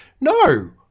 no